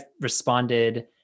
responded